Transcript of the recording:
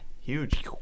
huge